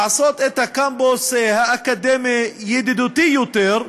לעשות את הקמפוס האקדמי ידידותי יותר,